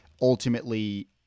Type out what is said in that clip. ultimately